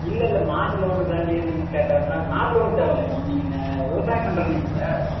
இல்லைல்ல மாட்டு லோனுக்காண்டி கேட்டேன் ந மாட்டு லோனுக்கு தேவையில்லைங்க மேம் நீங்கள் ந விவசாயம் பண்ணுறேன்னீங்கல்ல